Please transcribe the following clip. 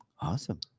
awesome